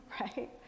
right